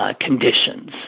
conditions